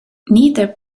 neither